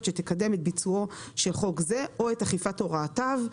שתקדם את ביצועו של חוק זה או את אכיפת הוראותיו,